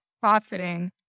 profiting